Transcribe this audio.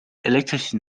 elektrische